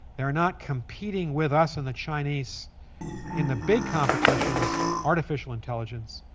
they are not competing with us and the chinese in the big competitions artificial intelligence,